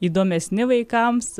įdomesni vaikams